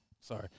sorry –